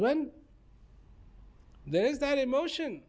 when there is that emotion